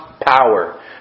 power